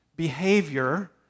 Behavior